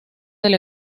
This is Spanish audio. del